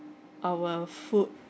our food